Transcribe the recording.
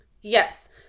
Yes